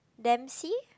the emcee